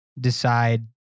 decide